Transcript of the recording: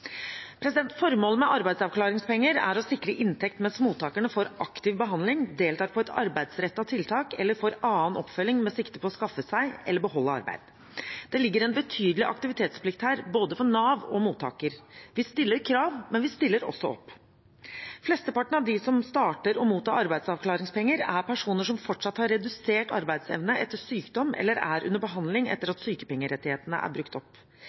Formålet med arbeidsavklaringspenger er å sikre inntekt mens mottakerne får aktiv behandling, deltar på et arbeidsrettet tiltak eller får annen oppfølging med sikte på å skaffe seg eller beholde arbeid. Det ligger en betydelig aktivitetsplikt her – både for Nav og for mottaker. Vi stiller krav, men vi stiller også opp. Flesteparten av dem som starter å motta arbeidsavklaringspenger, er personer som fortsatt har redusert arbeidsevne etter sykdom, eller er under behandling etter at sykepengerettighetene er brukt opp.